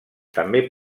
també